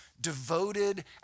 devoted